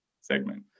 segment